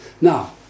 Now